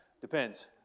Depends